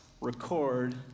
record